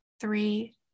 three